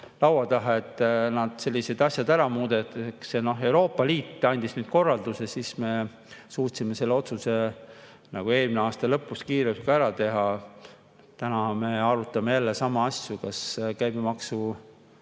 laua taha, et nad sellised asjad ära muudaks. Aga kui Euroopa Liit andis korralduse, siis me suutsime selle otsuse eelmise aasta lõpus kiirelt ära teha. Täna me arutame jälle sama asja, kas käibemaksu